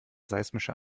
seismischer